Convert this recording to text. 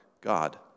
God